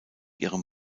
ihrem